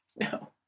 no